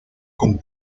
con